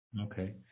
okay